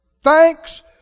Thanks